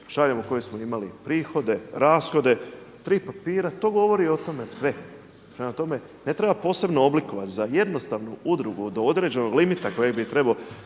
šaljemo koje smo imali prihode, rashode. Tri papira. To govori o tome sve. Prema tome, ne treba posebno oblikovati. Za jednostavnu udrugu do određenog limita koji bi trebao